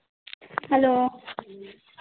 hello